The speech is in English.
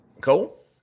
Cole